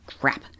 crap